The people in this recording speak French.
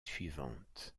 suivante